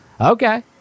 Okay